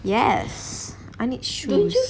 yes I need shoes